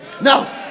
Now